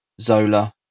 Zola